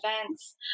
events